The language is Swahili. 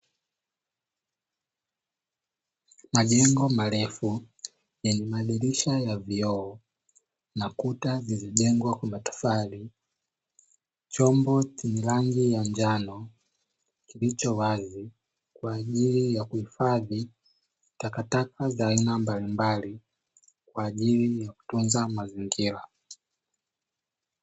Majengo marefu yenye madirisha ya vioo na kuta zilizojengwa kwa matofali, chombo chenye rangi ya njano kilichowazi kwa ajili ya kuhifadhi takataka za aina mbalimbali kwa ajili ya kutunza mazingira.